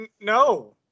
No